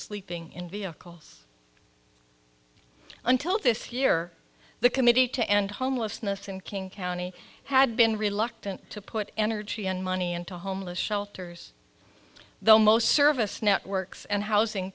sleeping in vehicles until this year the committee to end homelessness in king county had been reluctant to put energy and money into homeless shelters though most service networks and housing